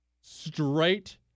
Straight